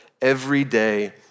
everyday